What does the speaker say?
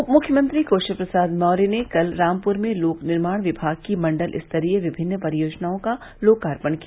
उप मुख्यमंत्री केशव प्रसाद मौर्य ने कल रामपुर में लोक निर्माण विभाग की मंडल स्तरीय विभिन्न परियोजनाओं का लोकार्पण किया